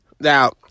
Now